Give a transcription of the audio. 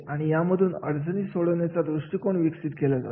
आणि यामधूनच अडचणी सोडवण्याचा दृष्टिकोन विकसित केला जातो